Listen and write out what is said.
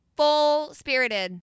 Full-spirited